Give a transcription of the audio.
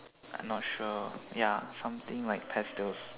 not sure ya something like pastilles